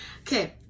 Okay